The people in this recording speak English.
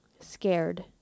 Scared